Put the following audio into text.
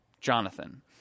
Jonathan